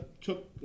took